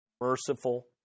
merciful